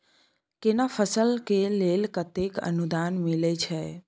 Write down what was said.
केना फसल के लेल केतेक अनुदान मिलै छै?